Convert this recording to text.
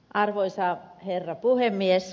arvoisa herra puhemies